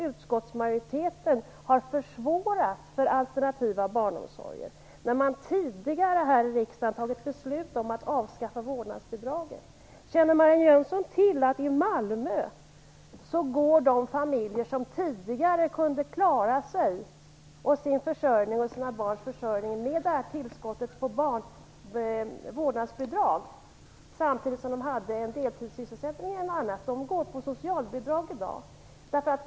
Utskottsmajoriteten har ju de facto försvårat för alternativ barnomsorg, och man har tidigare här i riksdagen fattat beslut om att avskaffa vårdnadsbidraget. Känner Marianne Jönsson till att det i Malmö finns familjer som i dag går på socialbidrag, familjer som tidigare kunde klara sin försörjning genom en deltidssysselsättning med det tillskott vårdnadsbidraget gav?